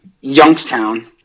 Youngstown